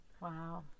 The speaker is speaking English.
Wow